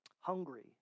hungry